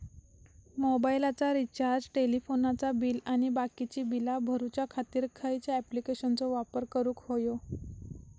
मोबाईलाचा रिचार्ज टेलिफोनाचा बिल आणि बाकीची बिला भरूच्या खातीर खयच्या ॲप्लिकेशनाचो वापर करूक होयो?